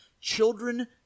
Children